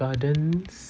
gardens